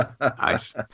Nice